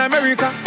America